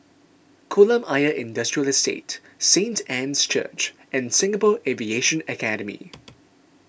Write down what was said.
Kolam Ayer Industrial Estate Saint Anne's Church and Singapore Aviation Academy